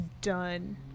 Done